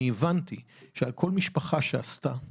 אני הבנתי שעל כל משפחה שעשתה כך,